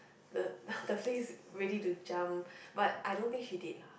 the the place ready to jump but I don't think she did lah